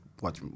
watch